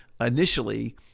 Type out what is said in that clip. initially